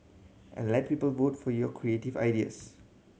and let people vote for your creative ideas